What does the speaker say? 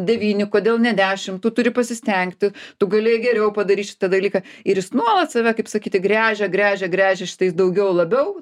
devyni kodėl ne dešim tu turi pasistengti tu galėjai geriau padaryt šitą dalyką ir jis nuolat save kaip sakyti gręžia gręžia gręžia šitais daugiau labiau